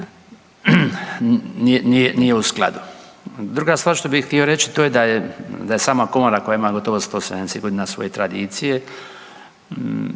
nije u skladu. Druga stvar što bih htio reći, to je da je, da je sama Komora koja ima gotovo 170 g. svoje tradicije